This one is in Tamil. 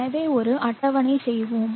எனவே ஒரு அட்டவணை செய்வோம்